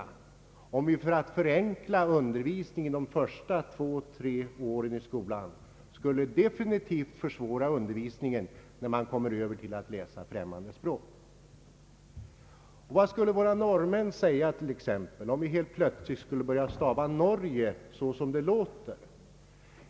Det skulle innebära att vi visserligen förenklar undervisningen de första två—tre åren i skolan men definitivt försvårar den när studierna av främmande språk börjar. Vad skulle t.ex. våra vänner norrmännen säga om vi helt plötsligt började stava Norge ljudenligt?